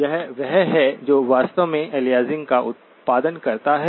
यह वह है जो वास्तव में अलियासिंग का उत्पादन करता है